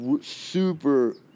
super